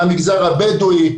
למגזר הבדואי,